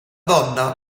donna